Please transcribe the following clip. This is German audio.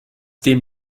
den